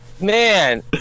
man